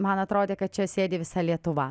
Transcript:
man atrodė kad čia sėdi visa lietuva